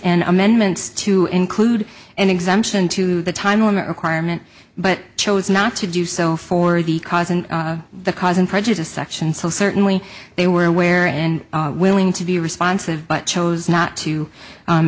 and amendments to include an exemption to the time limit requirement but chose not to do so for the cause and the cause and prejudice section so certainly they were aware and willing to be responsive but chose not to